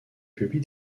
publie